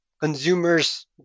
consumers